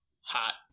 Hot